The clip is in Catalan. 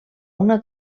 una